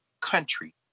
country